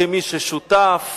כמי ששותף